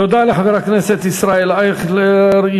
תודה לחבר הכנסת ישראל אייכלר.